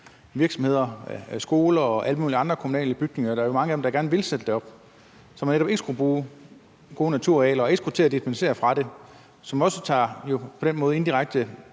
virksomheder, af skoler og af alle mulige andre kommunale bygninger – der er jo mange af dem, der gerne vil sætte dem op – så man netop ikke skulle bruge gode naturarealer og ikke skulle til at dispensere fra det, og som også på den måde indirekte